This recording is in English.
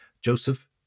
Joseph